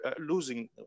losing